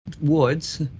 woods